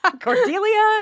Cordelia